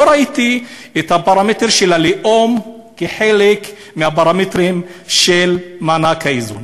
לא ראיתי את הפרמטר של הלאום כחלק מהפרמטרים של מענק האיזון.